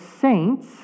saints